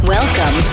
Welcome